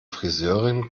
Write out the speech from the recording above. friseurin